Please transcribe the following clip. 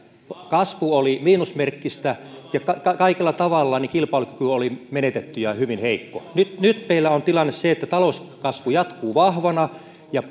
kasvu oli miinusmerkkistä ja kaikella tavalla kilpailukyky oli menetetty ja hyvin heikko nyt nyt meillä on tilanne se että talouskasvu jatkuu vahvana ja